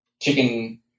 chicken